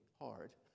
hard